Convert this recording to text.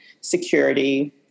security